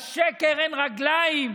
לשקר אין רגליים.